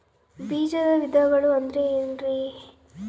ಬೇಜದ ವಿಧಗಳು ಅಂದ್ರೆ ಏನ್ರಿ?